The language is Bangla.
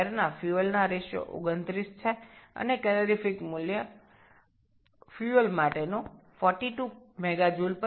এখানে বায়ু ও জ্বালানীর অনুপাতটি ২৯ জ্বালানীর ক্যালোরিফিক মান ৪২ MJkg